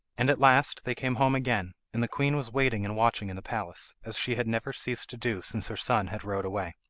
and at last they came home again, and the queen was waiting and watching in the palace as she had never ceased to do since her son had rode away.